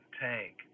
Tank